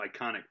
iconic